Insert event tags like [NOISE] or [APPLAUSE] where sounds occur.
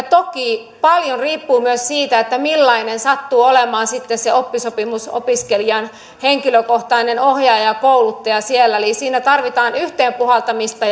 [UNINTELLIGIBLE] toki paljon riippuu myös siitä millainen sattuu olemaan sitten se oppisopimusopiskelijan henkilökohtainen ohjaaja ja kouluttaja siellä eli siinä tarvitaan yhteenpuhaltamista [UNINTELLIGIBLE]